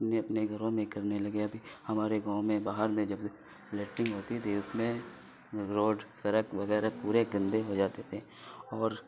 اپنے اپنے گھروں میں کرنے لگے ابھی ہمارے گاؤں میں باہر میں جب لیٹنگ ہوتی تھی اس میں روڈ سڑک وغیرہ پورے گندے ہو جاتے تھے اور